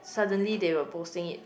suddenly they were posting it